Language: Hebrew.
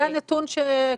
זה הנתון.